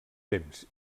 temps